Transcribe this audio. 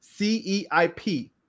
CEIP